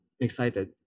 excited